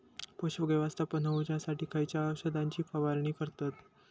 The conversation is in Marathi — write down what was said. पोषक व्यवस्थापन होऊच्यासाठी खयच्या औषधाची फवारणी करतत?